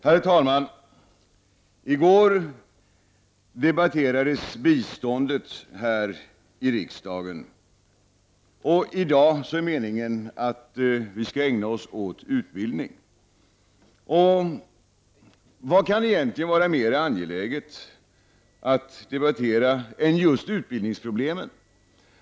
Herr talman! I går debatterades biståndet här i riksdagen, och i dag är det meningen att vi skall ägna oss åt att debattera utbildning. Vad kan egentligen vara mera angeläget att debattera än just utbildningsproblemen?